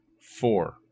four